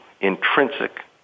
intrinsic